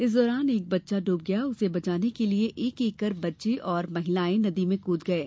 इस दौरान एक बच्चा डूब गया उसे बचाने के लिये एक एक कर बच्चे और महिलायें नदी में कूद गये